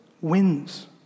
wins